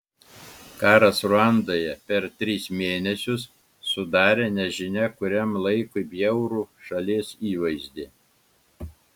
karas ruandoje per tris mėnesius sudarė nežinia kuriam laikui bjaurų šalies įvaizdį